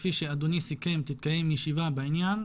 כפי שאדוני סיכם תתקיים ישיבה בעניין,